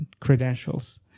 credentials